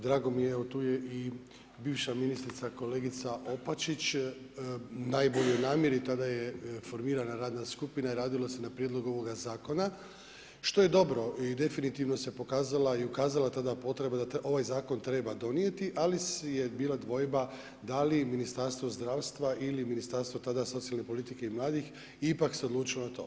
Drago mi je, evo tu je i bivša ministrica kolegica Opačić, u najboljoj namjeri tada je formirana radna skupina i radilo se na prijedlogu ovog zakona što je dobro i definitivno se pokazala i ukazala tada potreba da ovaj zakon treba donijeti ali je bila dvojba da li Ministarstvo zdravstva ili Ministarstvo tada socijalne politike i mladih ipak se odlučilo na to.